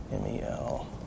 M-E-L